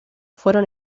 fueron